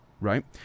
right